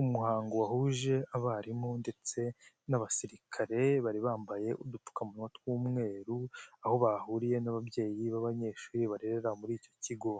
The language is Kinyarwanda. umuhango wahuje abarimu ndetse n'abasirikare bari bambaye udupfukamunwa tw'umweru, aho bahuriye n'ababyeyi b'abanyeshuri barerera muri icyo kigo.